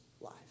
life